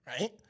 right